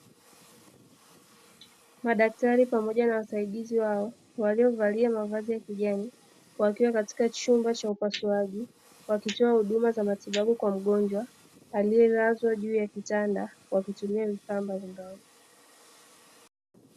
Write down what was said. Madaktari pamoja na wasaidizi wao waliovalia mavazi ya kijani, wakiwa katika chumba cha upasuaji wakitoa huduma za matibabu kwa mgonjwa, aliyelazwa juu ya kitanda kwa kutumia vifaa mbalimbali.